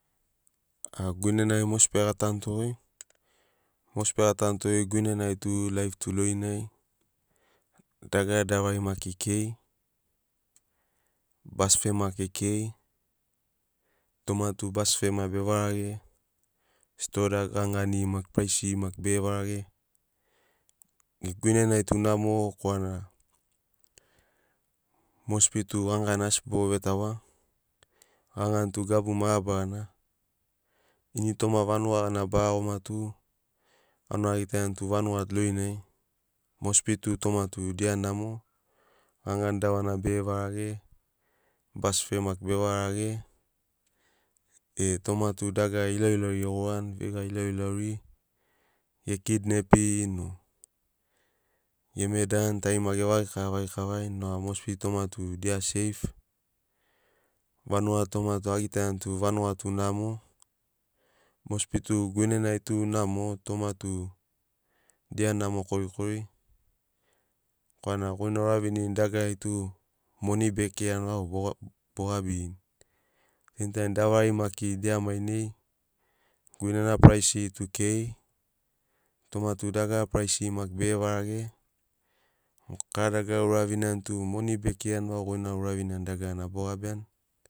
A guinenai mosibi ai ga tanuto goi mosibi ai gatanu to goi guinenai tu laif tu lorinai dagara davari maki kei bas fe maki kei toma bas fe ma bevarage stoa gani nagiri maki praisiri maki be varage guinenai tu namo korana mosibi tu gani gani asi boro vetaua ganigani tu gabu mabarana initoma vanuga gana ba iagoma tu auna agitaiani tu vanuga tu lorinai. Mosbi tu toma tu dia namo ganigani davari bege varage bas fe maki be varage e e toma tu dagara ilauilauri ge goranai veiga ilauilauri ge kidnepin o ge medani tarima ge vagi kava vagi kavarini noga mosibi toma tu dia seif. Vanuga toma tu agitaiani tu vanuga tu namo mosibi tu guinenai tu namo toma tu dia namo korikori korana goi na ouravinirini dagarari tu moni bekirani vau bogabirini seim taim davari maki dia mainai guinena praisiri tu kei toma tu dagara praisiri maki bege varage kara dagara ouraviniani tu moni bekirani vau goi na ouraviniani dagarana bo gabiani.